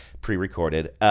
pre-recorded